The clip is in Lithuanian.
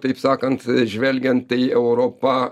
taip sakant žvelgiant tai europa